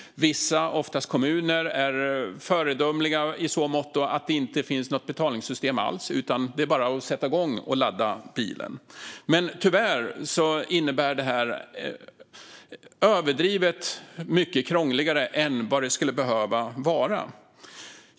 Vissa, oftast kommuner, är föredömliga i så måtto att det inte finns något betalningssystem alls, utan det är bara att sätta igång och ladda bilen. Tyvärr innebär allt detta att det är mycket krångligare än det skulle behöva vara.